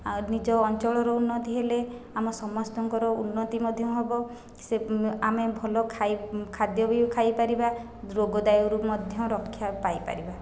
ଆଉ ନିଜ ଅଞ୍ଚଳର ଉନ୍ନତି ହେଲେ ଆମ ସମସ୍ତଙ୍କର ଉନ୍ନତି ମଧ୍ୟ ହେବ ସେ ଆମେ ଭଲ ଖାଦ୍ୟ ବି ଖାଇପାରିବା ରୋଗ ଦାଉରୁ ମଧ୍ୟ ରକ୍ଷା ପାଇପାରିବା